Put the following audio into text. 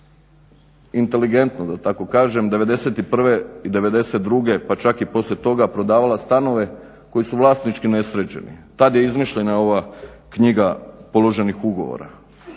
inteligentno da tako kažem '91. i '92. pa čak i poslije toga prodavala stanove koji su vlasnički nesređeni. Tad je izmišljena ova knjiga položenih ugovora.